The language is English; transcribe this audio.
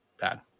bad